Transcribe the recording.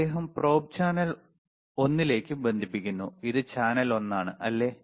അദ്ദേഹം probe channel ഒന്നിലേക്ക് ബന്ധിപ്പിക്കുന്നു ഇത് ചാനൽ ഒന്നാണ് അല്ലേ